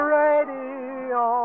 radio